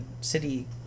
city